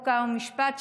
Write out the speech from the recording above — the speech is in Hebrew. חוק ומשפט,